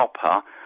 copper